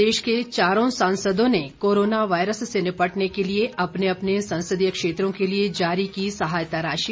प्रदेश के चारों सांसदों ने कोरोना वायरस से निपटने के लिए अपने अपने संसदीय क्षेत्रों के लिए जारी की सहायता राशि